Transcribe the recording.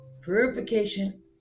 Purification